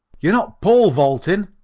you're not pole vaulting,